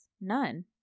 none